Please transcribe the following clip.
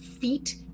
feet